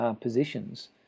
positions